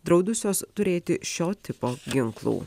draudusios turėti šio tipo ginklų